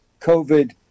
COVID